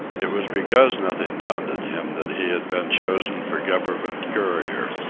it was because nothing daunted him that he had been chosen for government courier.